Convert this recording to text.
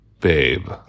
Babe